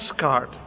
card